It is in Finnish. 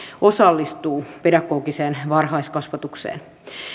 osallistuu pedagogiseen varhaiskasvatukseen